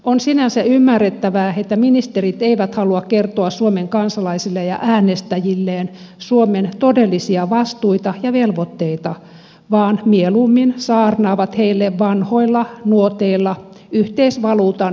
on sinänsä ymmärrettävää että ministerit eivät halua kertoa suomen kansalaisille ja äänestäjilleen suomen todellisia vastuita ja velvoitteita vaan mieluummin saarnaavat heille vanhoilla nuoteilla yhteisvaluutan ilosanomaa